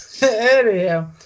Anyhow